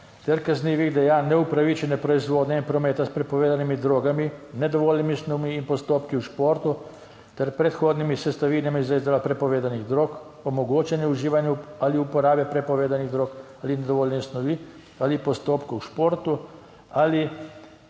ter kaznivih dejanj neupravičene proizvodnje in prometa s prepovedanimi drogami, nedovoljenimi snovmi in postopki v športu ter predhodnimi sestavinami za izdajo prepovedanih drog, omogočanje uživanja ali uporabe prepovedanih drog ali nedovoljene snovi ali postopkov v športu ali